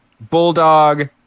Bulldog